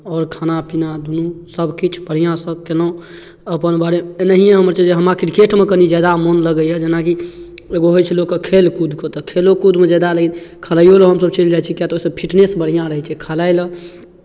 आओर खाना पीना दुनू सभकिछु बढ़िआँसँ कयलहुँ अपन बारे एनाहिए हमर छै जे हमराके क्रिकेटमे कनि ज्यादा मोन लगैए जेनाकि एगो होइ छलै ओकर खेलकूदके तऽ खेलो कूदमे ज्यादा रही खेलाइओ लेल हमसभ चलि जाइत छी किआक तऽ ओहिसँ फिटनेस बढ़िआँ रहै छै खेलाइ लेल